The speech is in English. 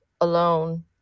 alone